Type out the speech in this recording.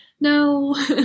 no